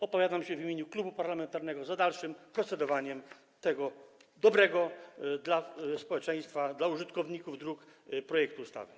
Opowiadam się w imieniu klubu parlamentarnego za dalszym procedowaniem tego dobrego dla społeczeństwa, dla użytkowników dróg projektu ustawy.